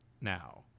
now